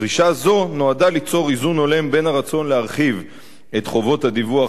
דרישה זו נועדה ליצור איזון הולם בין הרצון להרחיב את חובות הדיווח